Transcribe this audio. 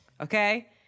okay